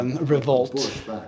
Revolt